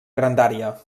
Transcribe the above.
grandària